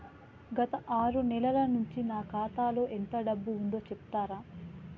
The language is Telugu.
గత ఆరు నెలల నుంచి నా ఖాతా లో ఎంత డబ్బు ఉందో చెప్తరా?